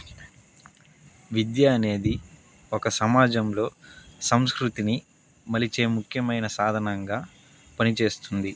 విద్య అనేది ఒక సమాజంలో సంస్కృతిని మలిచే ముఖ్యమైన సాధనంగా పనిచేస్తుంది